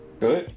Good